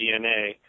DNA